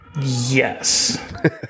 yes